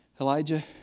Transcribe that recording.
Elijah